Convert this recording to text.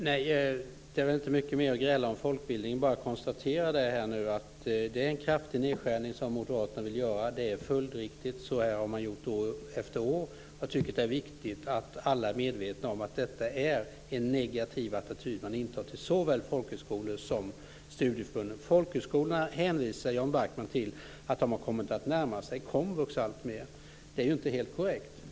Fru talman! Det finns inte mycket mer att gräla om när det gäller folkbildningen. Jag bara konstaterar att det är en kraftig nedskärning som moderaterna vill göra. Det är följdriktigt. Så här har man gjort år efter år. Jag tycker att det är viktigt att alla är medvetna om att det är en negativ attityd man intar till såväl folkhögskolor som studieförbund. När det gäller folkhögskolorna hänvisar Jan Backman till att de har kommit att närma sig komvux alltmer. Det är inte helt korrekt.